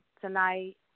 tonight